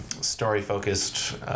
story-focused